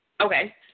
Okay